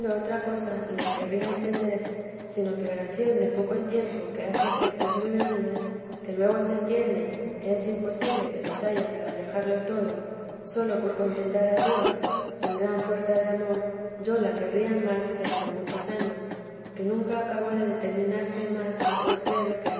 otra cosa ni la querría entender sino que oración de poco tiempo que hace efetos muy grandes que luego se entienden que es posible que los haya para dejarlo todo sólo por contentar a dios sin gran fuerza de amor yo la querría más que la de muchos años que nunca acabó de determinarse más al postrero